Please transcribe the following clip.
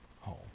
home